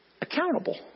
accountable